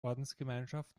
ordensgemeinschaft